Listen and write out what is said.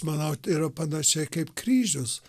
manau tai yra panašiai kaip kryžius